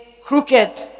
crooked